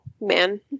man